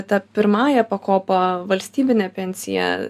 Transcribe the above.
ta pirmąja pakopa valstybine pensija